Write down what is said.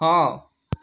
ହଁ